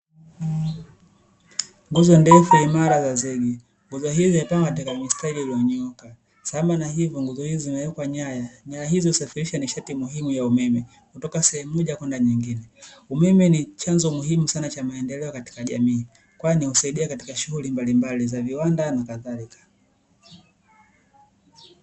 Nguzo ndefu imara za zege. Nguzo hizi hupangwa katika mistari iliyonyooka. Sambamba na hivyo, nguzo hizi zimewekwa nyaya. Nyaya hizo husafirisha nishati muhimu ya umeme kutoka sehemu moja kwenda nyingine. Umeme ni chanzo muhimu sana cha maendeleo katika jamii, kwani husaidia katika shughuli mbalimbali za viwanda, na kadhalika,